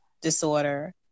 disorder